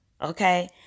Okay